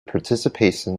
participation